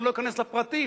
ואני לא אכנס לפרטים,